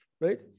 right